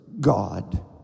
God